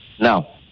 Now